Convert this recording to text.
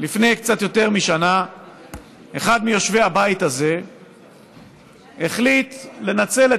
לפני קצת יותר משנה אחד מיושבי הבית הזה החליט לנצל את